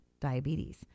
diabetes